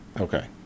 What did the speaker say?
Okay